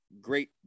great